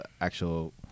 actual